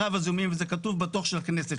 וזה כתוב בדוח של הכנסת,